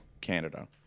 Canada